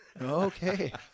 Okay